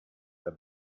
der